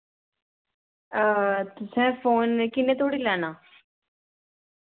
तुसें फोन किन्ने धोड़ी लैना